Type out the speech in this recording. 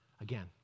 again